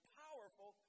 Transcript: powerful